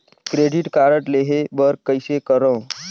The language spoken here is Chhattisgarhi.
क्रेडिट कारड लेहे बर कइसे करव?